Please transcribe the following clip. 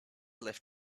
lift